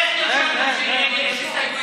איך נרשמת אם אין הסתייגויות?